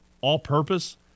all-purpose